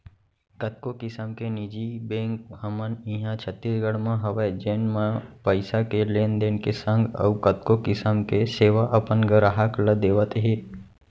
कतको किसम के निजी बेंक हमन इहॉं छत्तीसगढ़ म हवय जेन म पइसा के लेन देन के संग अउ कतको किसम के सेवा अपन गराहक ल देवत हें